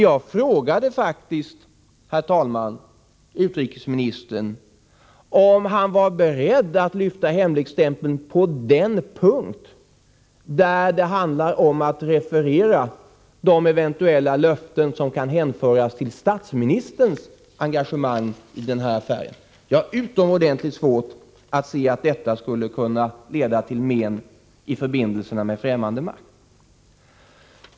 Jag frågade faktiskt utrikesministern om han var beredd att lyfta bort hemligstämpeln på den punkt där det handlar om de eventuella löften som kan hänföras till statsministerns engagemang i den här affären. Jag har utomordentligt svårt att se att detta skulle kunna leda till något men i förbindelserna med främmande makt.